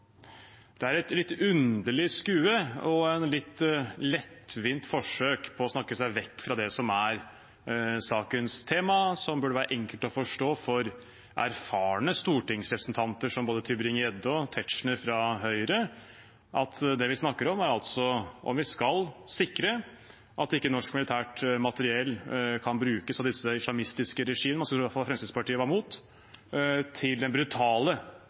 Det er et litt underlig skue og et litt lettvint forsøk på å snakke seg vekk fra det som er sakens tema, som burde være enkelt å forstå for erfarne stortingsrepresentanter som Tybring-Gjedde og Tetzschner. Det vi snakker om, er om vi skal sikre at ikke norsk militært materiell kan brukes av disse islamistiske regimene – som man iallfall skulle tro at Fremskrittspartiet var imot – til den brutale,